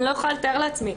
אני לא יכולה לתאר לעצמי.